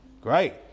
great